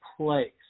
place